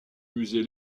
musée